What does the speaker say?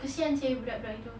kesian seh budak-budak itu